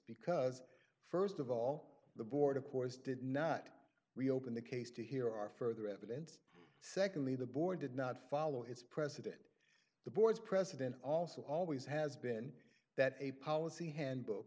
because first of all the board of course did not reopen the case to hear our further evidence secondly the board did not follow its president the board's president also always has been that a policy handbook